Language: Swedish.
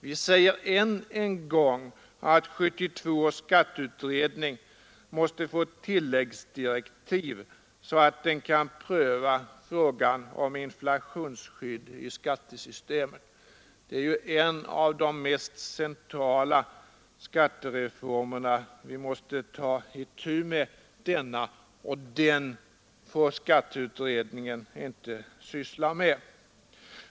Vi säger än en gång att 1972 års skatteutredning måste få tilläggsdirektiv, så att den kan pröva frågan om inflationsskydd i skattesystemet. Det är en av de mest centrala skattereformerna, som vi måste ta itu med, och den får skatteutredningen inte syssla med.